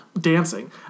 dancing